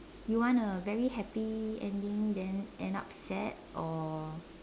you want a very happy ending then end up sad or